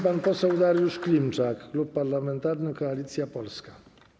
Pan poseł Dariusz Klimczak, Klub Parlamentarny Koalicja Polska.